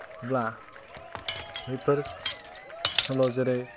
बेफोर सल' जेरै